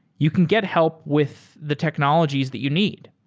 you can get help with the technologies that you need.